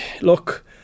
look